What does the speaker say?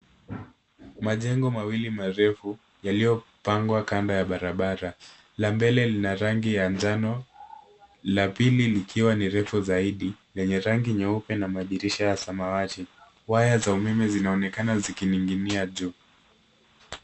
Majengo mawili marefu yaliopangwa kando ya barabara. La mbele lina rangi ya njano la pili likiwa ni refu zaidi lenye rangi nyeupe na madirisha ya samawati. Nyaya za umeme zinaonekana zikining'inia juu.